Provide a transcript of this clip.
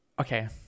okay